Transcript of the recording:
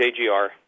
JGR